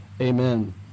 Amen